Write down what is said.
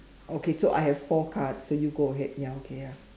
okay so I have four cards so you go ahead ya okay ya